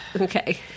Okay